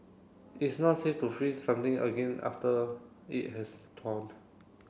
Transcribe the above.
it's not safe to freeze something again after it has thawed